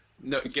No